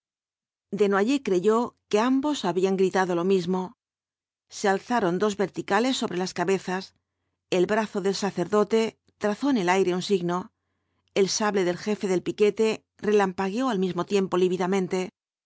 desnoyers creyó que ambos habían gritado lo mismo se alzaron dos verticales sobre las cabezas el brazo del sacerdote trazó en el aire un signo el sable del jefe del piquete relampagueó al mismo tiempo lívidamente